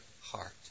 heart